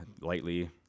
lightly